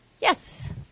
Yes